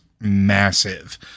massive